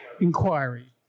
inquiry